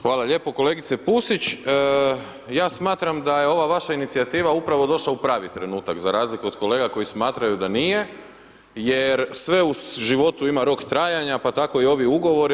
Hvala lijepo kolegice Pusić, ja smatram da je ova vaša inicijativa upravo došla u pravi trenutak za razliku od kolega koji smatraju da nije, jer sve u životu ima rok trajanja, pa tako i ovi ugovori.